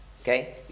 okay